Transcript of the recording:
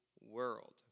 world